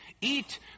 eat